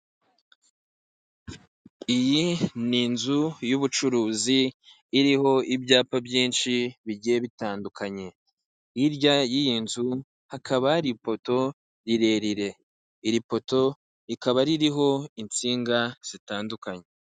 Iyi ni inzu y'ubucuruzi iriho ibyapa byinshi bigiye bitandukanye, hirya y'iyi nzu hakaba hari ipoto rirerire, iri poto rikaba ririho insinga zitandukanye.